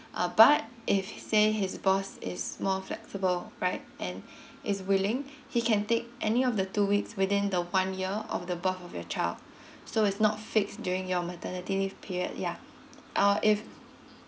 uh but if say his boss is more flexible right and is willing he can take any of the two weeks within the one year of the birth of your child so it's not fixed during your maternity leave period yeah uh if